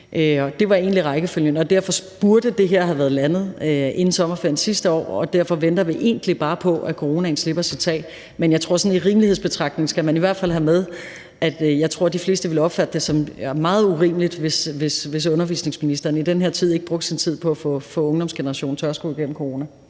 det var egentlig rækkefølgen, og derfor burde det her have været landet inden sommerferien sidste år, og derfor venter vi egentlig bare på, at coronaen slipper sit tag. Men jeg tror, at man ved sådan en rimelighedsbetragtning i hvert fald skal have med, at de fleste ville opfatte det som meget urimeligt, hvis undervisningsministeren i den her tid ikke brugte sin tid på at få ungdomsgenerationen tørskoet igennem corona.